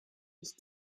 ich